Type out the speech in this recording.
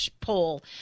poll